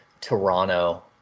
Toronto